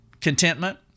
contentment